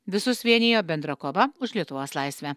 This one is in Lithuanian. visus vienijo bendra kova už lietuvos laisvę